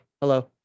Hello